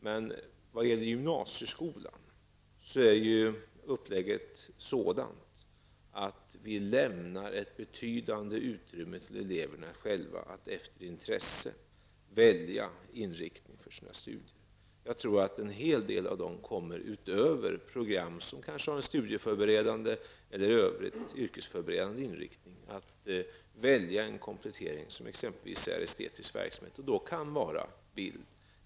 Beträffande gymnasieskolan lämnar vi ett betydande utrymme till eleverna själva att efter intresse välja inriktning för sina studier. Jag tror att en hel del kommer att välja en komplettering som är estetisk verksamhet utöver program som kanske har en studieförberande eller yrkesförberedande inriktning. Det kan då vara bild.